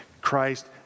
Christ